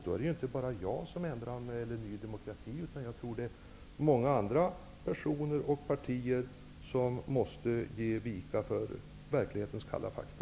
Då är det inte bara jag som ändrar mig eller Ny demokrati, utan jag tror att många andra personer och partier då måste ge vika för verklighetens kalla fakta.